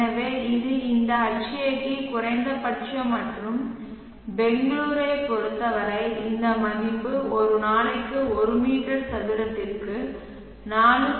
எனவே இது இந்த Hat குறைந்தபட்சம் மற்றும் பெங்களூரைப் பொறுத்தவரை இந்த மதிப்பு ஒரு நாளைக்கு ஒரு மீட்டர் சதுரத்திற்கு 4